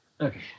Okay